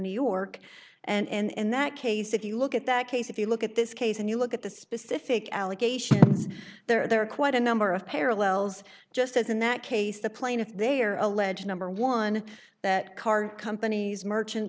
new york and in that case if you look at that case if you look at this case and you look at the specific allegations there are quite a number of parallels just as in that case the plaintiff they are alleged number one that car companies merchant